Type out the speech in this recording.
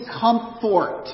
comfort